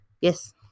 Yes